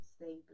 stay